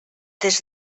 des